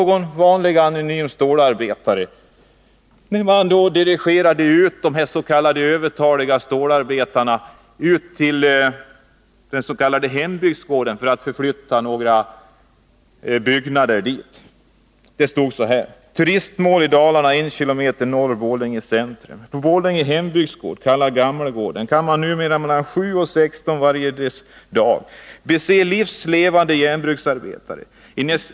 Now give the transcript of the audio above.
Det var en anonym stålarbetare som, med anledning av att de s.k. övertaliga stålarbetarna hade dirigerats ut till hembygdsgården för att där flytta några byggnader, skrev följande: På Borlänge hembygdsgård, kallad ”Gammel-gården” kan man numera mellan 7.00-16.00, varje dag, bese livs levande järnbruksarbetare.